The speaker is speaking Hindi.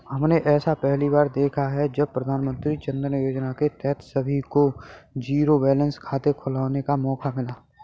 हमने ऐसा पहली बार देखा है जब प्रधानमन्त्री जनधन योजना के तहत सभी को जीरो बैलेंस खाते खुलवाने का मौका मिला